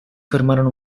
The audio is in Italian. fermarono